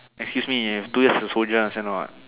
excuse me you have two years to soldier you understand or not